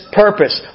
purpose